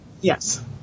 Yes